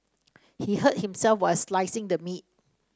he hurt himself while slicing the meat